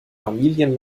familien